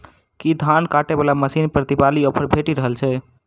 की धान काटय वला मशीन पर दिवाली ऑफर भेटि रहल छै?